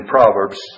Proverbs